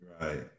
right